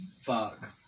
fuck